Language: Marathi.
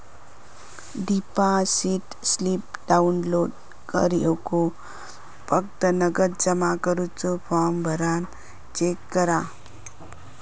डिपॉसिट स्लिप डाउनलोड कर ह्येका फक्त नगद जमा करुचो फॉर्म भरान चेक कर